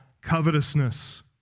covetousness